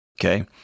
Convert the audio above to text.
Okay